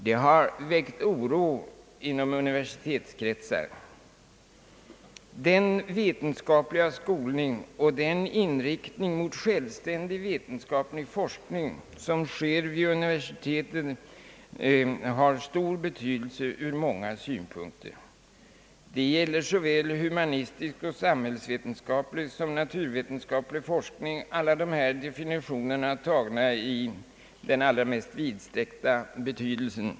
Det har väckt oro inom universitetskretsar. Den vetenskapliga skolning och den inriktning mot självständig vetenskaplig forskning som sker vid universiteten och som särskilt berör just dessa studerande har stor betydelse ur många synpunkter. Det gäller såväl humanistisk och samhällsvetenskaplig som naturvetenskaplig forskning, alla dessa definitioner tagna i den allra mest vidsträckta betydelsen.